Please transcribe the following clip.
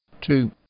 two